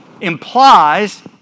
implies